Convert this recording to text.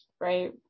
right